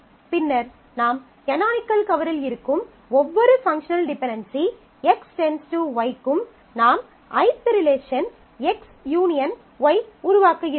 பின்னர் நாம் கனானிக்கல் கவரில் இருக்கும் ஒவ்வொரு பங்க்ஷனல் டிபென்டென்சி X → Y க்கும் நாம் ஒரு ith ரிலேஷன் XUY உருவாக்குகிறோம்